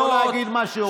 זכותו להגיד מה שהוא רוצה.